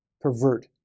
pervert